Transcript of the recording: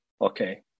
okay